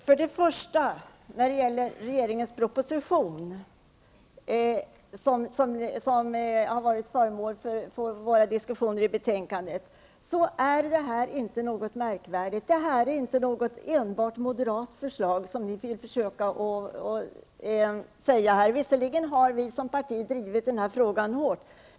Herr talman! Först och främst har vi regeringens proposition, som har varit föremål för diskussion i betänkandet. Det här är inte någon märkvärdig fråga. Det är inte enbart ett moderat förslag, såsom ni socialdemokrater vill hävda. Visserligen har vi som parti drivit frågan hårt.